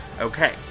Okay